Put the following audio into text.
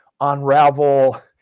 unravel